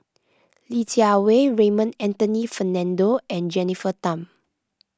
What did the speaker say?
Li Jiawei Raymond Anthony Fernando and Jennifer Tham